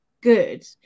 good